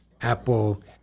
Apple